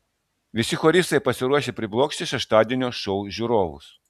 visi choristai pasiruošę priblokšti šeštadienio šou žiūrovus